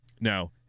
Now